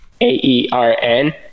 A-E-R-N